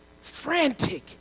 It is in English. frantic